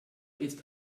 ist